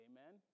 Amen